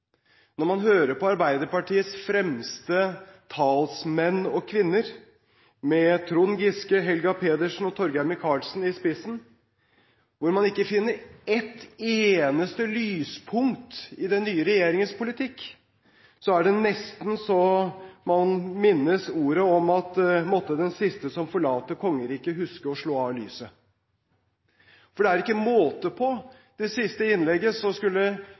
Når man hører på Arbeiderpartiets fremste talsmenn og -kvinner, med Trond Giske, Helga Pedersen og Torgeir Micaelsen i spissen, som ikke finner et eneste lyspunkt i den nye regjeringens politikk, er det nesten så man minnes ordene om at måtte den siste som forlater kongeriket, huske å slå av lyset. For det er ikke måte på! I det siste innlegget skulle